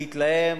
להתלהם,